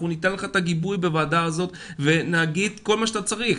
אנחנו ניתן לך את הגיבוי בוועדה הזאת ונגיד כל מה שאתה צריך.